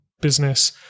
business